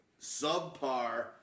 subpar